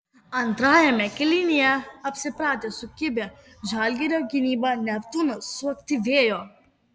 antrajame kėlinyje apsipratęs su kibia žalgirio gynyba neptūnas suaktyvėjo